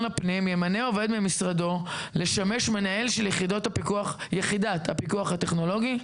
הפנים ימנה עובד ממשרדו לשמש מנהל של יחידת הפיקוח הטכנולוגי,